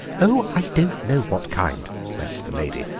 oh, i don't know what kind, snapped the lady.